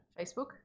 Facebook